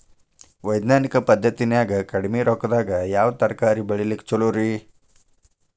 ವೈಜ್ಞಾನಿಕ ಪದ್ಧತಿನ್ಯಾಗ ಕಡಿಮಿ ರೊಕ್ಕದಾಗಾ ಯಾವ ತರಕಾರಿ ಬೆಳಿಲಿಕ್ಕ ಛಲೋರಿ?